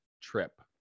trip